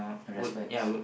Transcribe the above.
respects